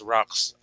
Rock's